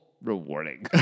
rewarding